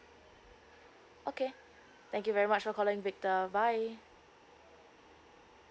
okay thank you very much for calling victor bye